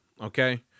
okay